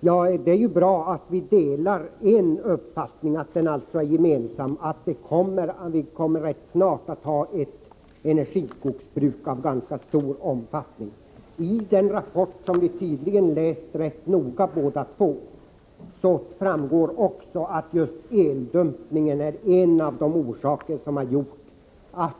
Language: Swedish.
Herr talman! Det är bra att vi har en gemensam uppfattning, nämligen att vi rätt snart kommer att ha ett energiskogsbruk av ganska stor omfattning. I den rapport som vi båda två tydligen har läst ganska noga framgår också att just dumpningen av elpriset är en av orsakerna till att